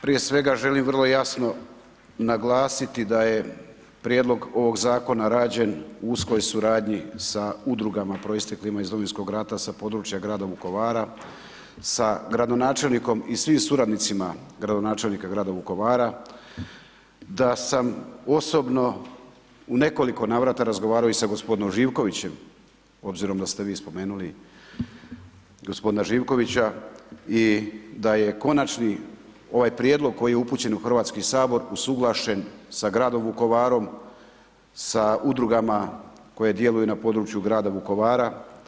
Prije svega želim vrlo jasno naglasiti da je prijedlog ovog zakona rađen u uskoj suradnji sa udrugama proisteklima iz Domovinskog rata sa područja grada Vukovara, sa gradonačelnikom i svim suradnicima gradonačelnika grada Vukovara, da sam osobno u nekoliko navrata razgovarao i sa gospodinom Živkovićem, obzirom da ste vi spomenuli gospodina Živkovića i da je konačni ovaj prijedlog koji je upućen u Hrvatski sabor usuglašen sa gradom Vukovarom, sa udrugama koje djeluju na području grada Vukovara.